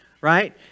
Right